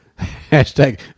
Hashtag